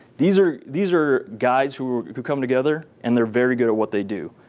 these are these are guys who who come together, and they're very good at what they do,